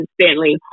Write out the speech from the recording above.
constantly